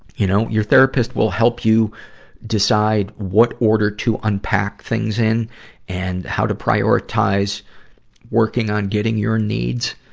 you know, your therapist will help you decide what order to unpack things in and how to prioritize working on getting your needs,